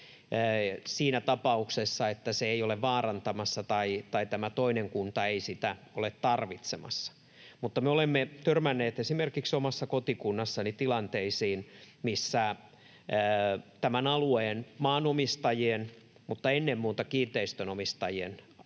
siinä tapauksessa, että se ei ole vaarantamassa tai tämä toinen kunta ei sitä ole tarvitsemassa. Mutta me olemme törmänneet esimerkiksi omassa kotikunnassani tilanteisiin, missä tämän alueen maanomistajien — mutta ennen muuta kiinteistönomistajien talojen